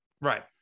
Right